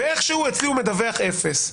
ואיכשהו אצלי הוא מדווח אפס.